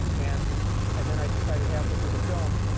and and then i decided halfway through the film,